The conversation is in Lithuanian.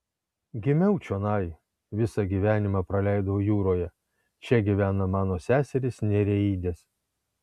gimiau čionai visą gyvenimą praleidau jūroje čia gyvena mano seserys nereidės